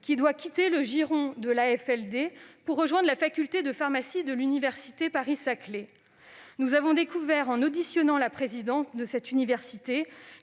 qui doit quitter le giron de l'AFLD pour rejoindre la faculté de pharmacie de l'université Paris-Saclay. Nous avons découvert, en auditionnant la présidente de cette université,